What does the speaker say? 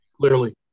Clearly